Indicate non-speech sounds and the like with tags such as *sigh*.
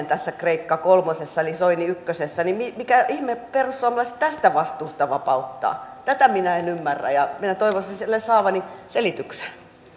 *unintelligible* tässä kreikka kolmosessa eli soini ykkösessä on kyseessä vastuiden kasvaminen niin mikä ihme perussuomalaiset tästä vastuusta vapauttaa tätä minä en ymmärrä ja toivoisin sille saavani selityksen